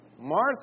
Martha